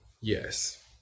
Yes